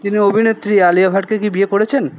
তিনি অভিনেত্রী আলিয়া ভাটকে কি বিয়ে করেছেন